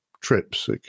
trips